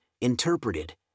interpreted